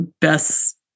best